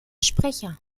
sprecher